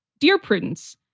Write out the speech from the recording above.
dear prudence,